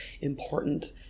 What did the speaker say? important